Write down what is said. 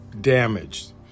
damaged